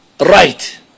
right